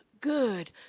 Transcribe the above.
good